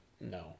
no